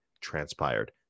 transpired